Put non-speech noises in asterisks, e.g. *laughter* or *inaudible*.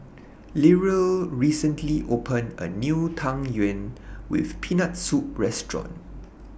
*unintelligible* recently opened A New Tang Yuen with Peanut Soup Restaurant